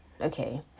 Okay